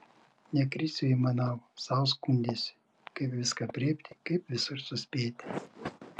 ne krisiui aimanavo sau skundėsi kaip viską aprėpti kaip visur suspėti